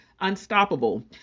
unstoppable